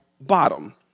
bottom